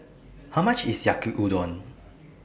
How much IS Yaki Udon